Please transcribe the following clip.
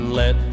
let